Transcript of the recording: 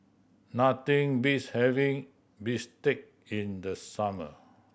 nothing beats having bistake in the summer